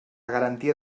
garantia